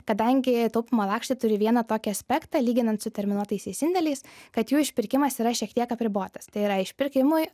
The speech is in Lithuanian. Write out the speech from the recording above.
kadangi taupymo lakštai turi vieną tokį aspektą lyginant su terminuotaisiais indėliais kad jų išpirkimas yra šiek tiek apribotas tai yra išpirkimui